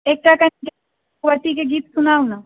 एकटा कनिके भगवतीके गीत सुनाउ ने